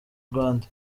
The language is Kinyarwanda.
rwanda